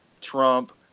Trump